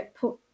put